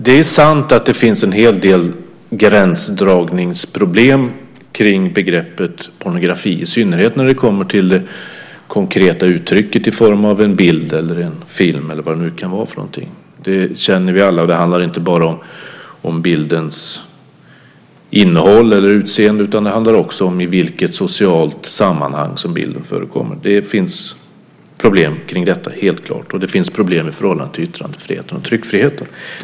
Det är sant att det finns en hel del gränsdragningsproblem kring begreppet pornografi, i synnerhet när den kommer till konkret uttryck i form av en bild, en film eller vad det nu kan vara. Det känner vi alla till. Det handlar inte heller bara om bildens innehåll eller utseende utan också om i vilket socialt sammanhang bilden förekommer. Det finns problem kring detta, helt klart, och det finns problem i förhållande till yttrandefriheten och tryckfriheten.